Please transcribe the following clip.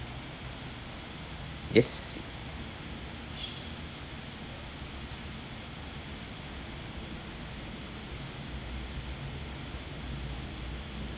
yes